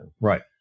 right